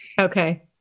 Okay